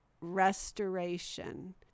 Restoration